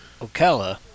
Ocala